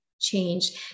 Change